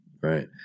Right